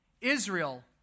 Israel